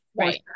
Right